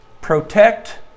protect